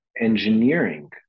engineering